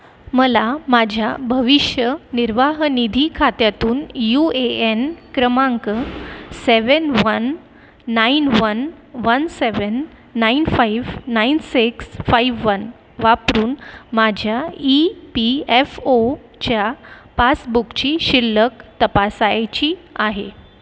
मला माझ्या भविष्य निर्वाह निधी खात्यातून यू ए एन क्रमांक seven one nine one one seven nine five nine six five one वापरून माझ्या ई पी एफ ओच्या पासबुकची शिल्लक तपासायची आहे